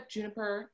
Juniper